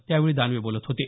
त्यावेळी दानवे बोलत होते